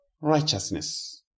righteousness